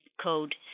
code